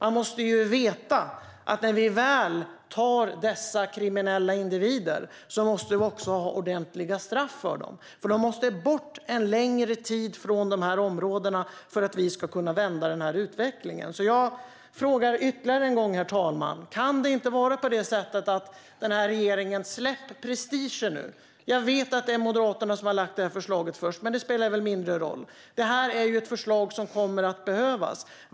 Vi måste veta att när vi väl tar dessa kriminella individer finns det ordentliga straff för dem. De måste nämligen bort en längre tid från de här områdena för att vi ska kunna vända utvecklingen. Jag frågar ytterligare en gång, herr talman: Kan inte regeringen släppa prestigen nu? Jag vet att det är Moderaterna som har lagt fram det här förslaget först, men det spelar väl mindre roll, för det är ju ett förslag som kommer att behövas.